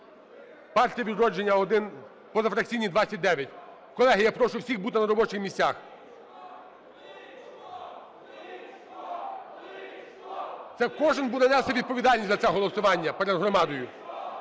"Партія "Відродження" – 1, позафракційні – 29. Колеги, я прошу всіх бути на робочих місцях. (Шум у залі) Це кожен буде нести відповідальність за це голосування перед громадою.